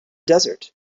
desert